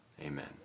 amen